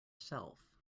self